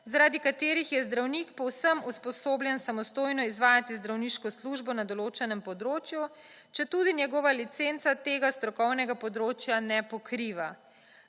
zaradi katerih je zdravnik povsem usposobljen samostojno izvajati zdravniško službo na odločenem področju, če tudi njegova licenca tega strokovnega področja ne pokriva.